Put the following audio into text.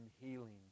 healing